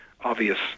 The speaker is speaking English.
obvious